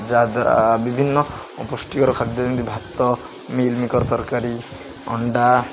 ଯାହା ଦ୍ୱାରା ବିଭିନ୍ନ ପୁଷ୍ଟିକର ଖାଦ୍ୟ ଯେମିତି ଭାତ ମିଲ୍ ମେକର୍ ତରକାରୀ ଅଣ୍ଡା